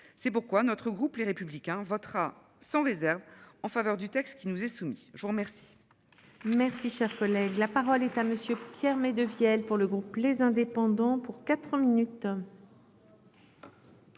C'est pourquoi notre groupe Les Républicains votera sans réserve en faveur du texte qui nous est soumis, je vous remercie. Merci, cher collègue, la parole est à monsieur Pierre mais de vielles pour le groupe les indépendants pour 4 minutes.